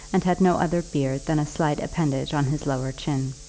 and had no other beard than a slight appendage on his lower chin.